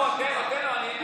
תן לו, תן לו.